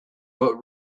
but